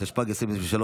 התשפ"ג 2023,